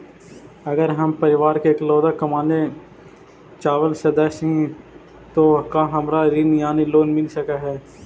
अगर हम परिवार के इकलौता कमाने चावल सदस्य ही तो का हमरा ऋण यानी लोन मिल सक हई?